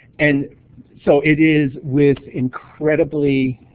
and so it is with incredibly